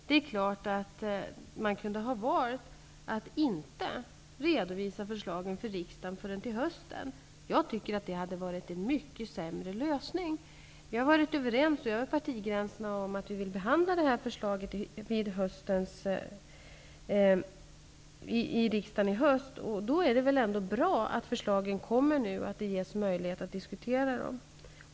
Det är klart att vi kunde ha valt att inte redovisa förslagen för riksdagen förrän till hösten. Jag tycker att det hade varit en mycket sämre lösning. Vi har varit överens över partigränserna om att vi vill behandla det här förslaget i riksdagen i höst. Då är det väl bra att förslagen kommer nu, så att det ges möjlighet att diskutera dem.